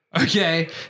Okay